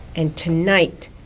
and tonight,